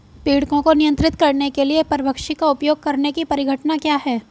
पीड़कों को नियंत्रित करने के लिए परभक्षी का उपयोग करने की परिघटना क्या है?